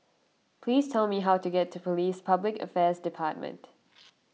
please tell me how to get to Police Public Affairs Department